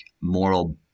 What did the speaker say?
moral